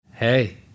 Hey